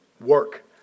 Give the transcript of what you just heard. work